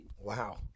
Wow